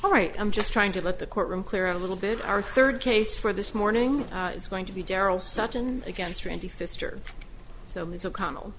all right i'm just trying to let the courtroom clear a little bit our third case for this morning is going to be darryl sutton against randy sr so ms o'connell